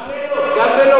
גם בלוד.